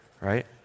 Right